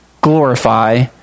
glorify